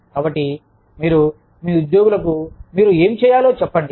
కాబట్టి మీరు మీ ఉద్యోగులకు మీరు ఏమి చేయాలో చెప్పండి